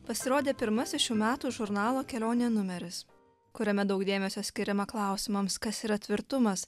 pasirodė pirmasis šių metų žurnalo kelionė numeris kuriame daug dėmesio skiriama klausimams kas yra tvirtumas